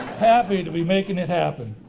happy to be making it happen.